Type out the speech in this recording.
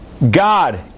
God